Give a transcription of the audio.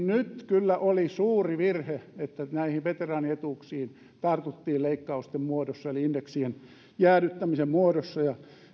nyt kyllä oli suuri virhe että näihin veteraanietuuksiin tartuttiin leikkausten muodossa eli indeksien jäädyttämisen muodossa ja